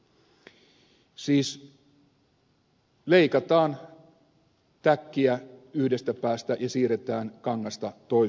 siis leikataan täkkiä yhdestä päästä ja siirretään kangasta toiseen päähän